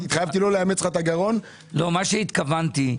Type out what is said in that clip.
מה שהתכוונתי,